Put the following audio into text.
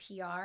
PR